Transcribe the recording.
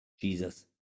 Jesus